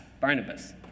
Barnabas